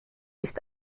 ist